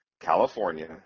California